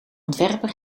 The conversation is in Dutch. ontwerper